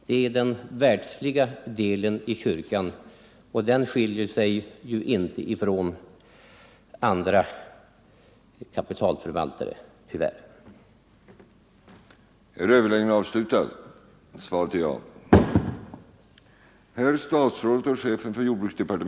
Det är den världsliga delen av kyrkan som gör det, och den skiljer sig inte från andra kapitalförvaltare, tyvärr.